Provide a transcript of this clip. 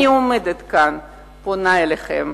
אני עומדת כאן ופונה אליכם: